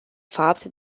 fapt